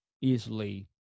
easily